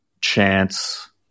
chance